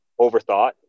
overthought